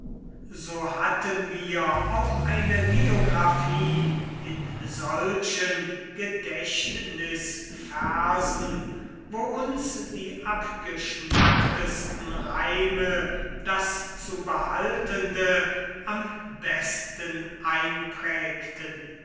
so hatten wir auch eine geographie in solchen gedächtnisversen wo uns die abgeschmacktesten reime das zu behaltende am besten einprägten